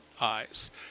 eyes